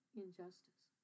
injustice